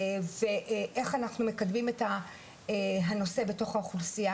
ואיך אנחנו מקדמים את הנושא בתוך האוכלוסייה